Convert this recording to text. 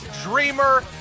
dreamer